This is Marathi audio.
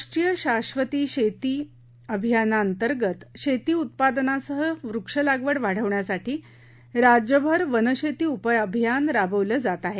राष्ट्रीय शाधत शेती अभियानांतर्गत शेती उत्पादनासह वृक्ष लागवड वाढविण्यासाठी राज्यभर वनशेती उपअभियान राबवलं जात आहे